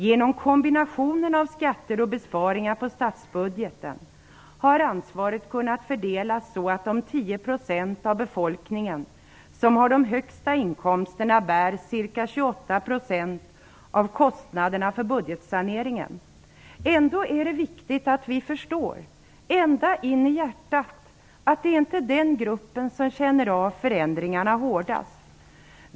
Genom kombinationen av skatter och besparingar på statsbudgeten har ansvaret kunnat fördelas så att de 10 % av befolkningen som har de högsta inkomsterna bär ca 28 % av kostnaderna för budgetsaneringen. Ändå är det viktigt att vi förstår, ända in i hjärtat, att det inte är den gruppen som känner av förändringarna hårdast.